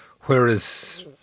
whereas